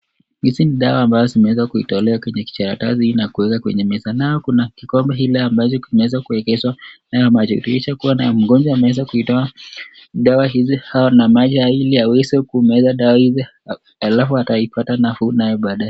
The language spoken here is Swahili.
Hiki ni dawa ambazo zimeweza kutolewa kwenye kijikaratasi na kueka kwenye meza. Nayo kuna kikombe hili ambazo kimeweza kuegeshwa nayo inadhilisha kuwa nayo mgonjwa ameweza kuitoa dawa hizi hao na maji ili waweze kumeza dawa hizi alafu ataipata nafuu nayo baadae.